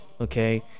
okay